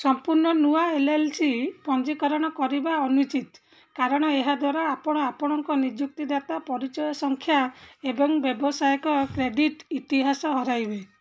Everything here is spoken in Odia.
ସମ୍ପୂର୍ଣ୍ଣ ନୂଆ ଏଲ୍ ଏଲ୍ ସି ପଞ୍ଜୀକରଣ କରିବା ଅନୁଚିତ କାରଣ ଏହାଦ୍ଵାରା ଆପଣ ଆପଣଙ୍କ ନିଯୁକ୍ତିଦାତା ପରିଚୟ ସଂଖ୍ୟା ଏବଂ ବ୍ୟାବସାୟିକ କ୍ରେଡ଼ିଟ୍ ଇତିହାସ ହରାଇବେ